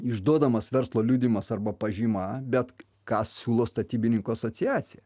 išduodamas verslo liudijimas arba pažyma bet ką siūlo statybininkų asociacija